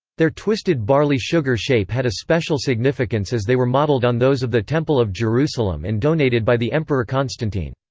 their twisted barley-sugar shape had a special significance as they were modeled on those of the temple of jerusalem and donated by the emperor constantine.